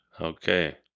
Okay